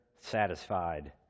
satisfied